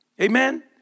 Amen